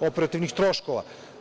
operativnih troškova.